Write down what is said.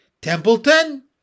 Templeton